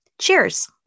Cheers